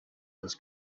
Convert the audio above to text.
this